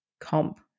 comp